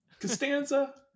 Costanza